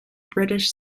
british